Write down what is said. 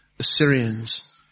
Assyrians